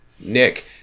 Nick